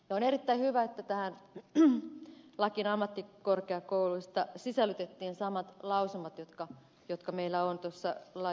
on erittäin hyvä että tähän lakiin ammattikorkeakouluista sisällytettiin samat lausumat jotka meillä on yliopistolaissa